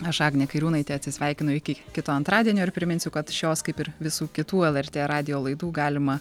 aš agnė kairiūnaitė atsisveikinu iki kito antradienio ir priminsiu kad šios kaip ir visų kitų lrt radijo laidų galima